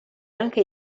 anche